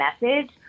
message